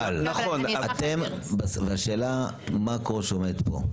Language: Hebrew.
אבל בשאלת המקרו שעומדת פה,